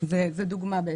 זאת דוגמה.